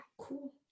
cool